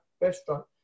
restaurant